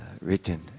written